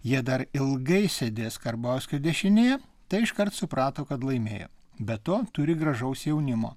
jie dar ilgai sėdės karbauskio dešinėje tai iškart suprato kad laimėjo be to turi gražaus jaunimo